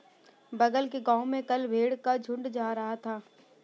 बगल के गांव में कल भेड़ का झुंड जा रहा था